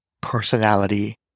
personality